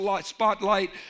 spotlight